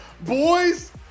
Boys